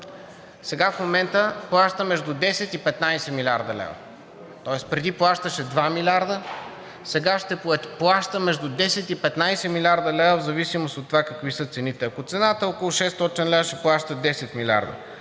лв. В момента плаща между 10 и 15 млрд. лв. Тоест преди плащаше 2 милиарда, сега ще плаща между 10 и 15 млрд. лв. в зависимост от това какви са цените. Ако цената е около 600 лв., ще плаща 10 милиарда,